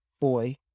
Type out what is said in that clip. boy